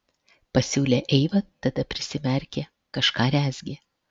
pasiūlė eiva tada prisimerkė kažką rezgė